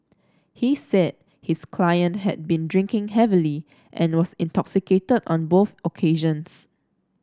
he said his client had been drinking heavily and was intoxicated on both occasions